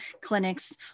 clinics